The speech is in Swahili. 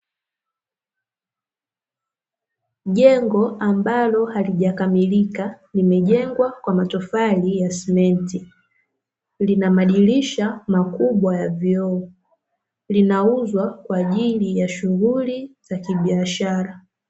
Jengo ambalo halijakamilika limejengwa kwa matofali ya simenti lina madirisha makubwa ya vioo, linauzwa kwa ajili ya shuhuli za kibiashara.